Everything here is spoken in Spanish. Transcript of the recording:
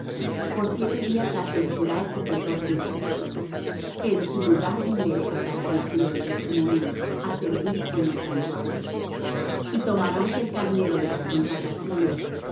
por siete días las vestirá el sacerdote de sus hijos que en su lugar viniere al tabernáculo del testimonio á servir en el santuario y tomarás el carnero de